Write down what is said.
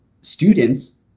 students